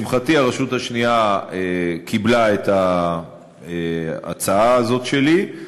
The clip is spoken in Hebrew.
לשמחתי, הרשות השנייה קיבלה את ההצעה הזאת שלי,